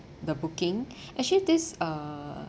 the booking actually this uh